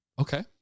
okay